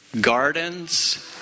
gardens